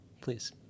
Please